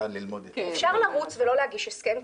אפשר לרוץ ולא להגיש הסכם,